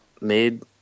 Made